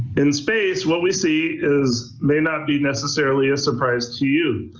in space, what we see is may not be necessarily a surprise to you,